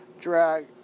drag